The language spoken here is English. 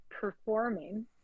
performing